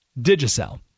Digicel